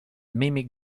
mimic